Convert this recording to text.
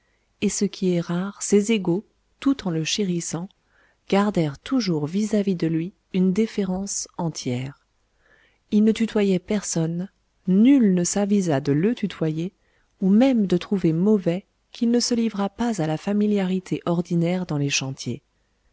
et ce qui est rare ses égaux tout en le chérissant gardèrent toujours vis-à-vis de lui une déférence entière il ne tutoyait personne nul ne s'avisa de le tutoyer ou même de trouver mauvais qu'il ne se livrât pas à la familiarité ordinaire dans les chantiers